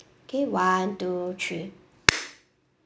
K one two three